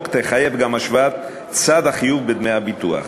תחייב גם השוואת צד החיוב בדמי הביטוח.